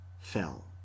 fell